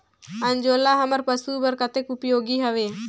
अंजोला हमर पशु बर कतेक उपयोगी हवे?